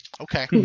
Okay